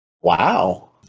Wow